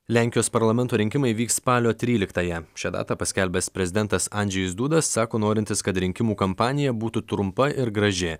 lenkijos parlamento rinkimai vyks spalio tryliktąją šią datą paskelbęs prezidentas andžejus duda sako norintis kad rinkimų kampanija būtų trumpa ir graži